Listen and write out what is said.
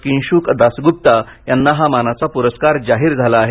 किंशुक दासगुप्ता यांना हा मानाचा पुरस्कार जाहीर झाला आहे